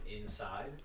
inside